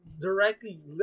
directly